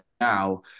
now